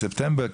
בספטמבר,